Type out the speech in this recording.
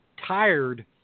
tired